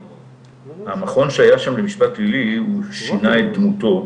אנחנו יש לנו קבוצות תמיכה, הכל ללא עלות.